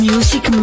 Music